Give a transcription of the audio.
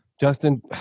Justin